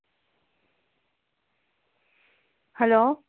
hello